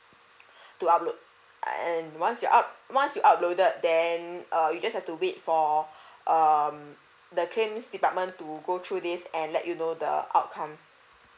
to upload and once you up~ once you uploaded then err you just have to wait for um the claims department to go through this and let you know the outcome